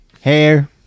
hair